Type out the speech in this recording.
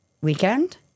weekend